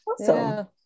awesome